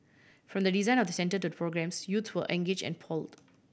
from the design of the centre to the programmes youths to engaged and polled